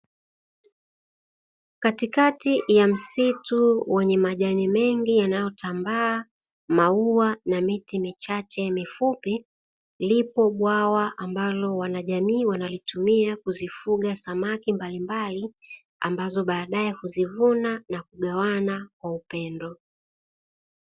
Katikati ya msitu wenye majani mengi yanayotambaa maua na miti michache mifupi, lipo bwawa ambalo wanajamii wanalitumia kuzifuga samaki mbalimbali, ambazo baadaye kuzivuna na kugawana kwa upendo.